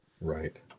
Right